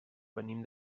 venim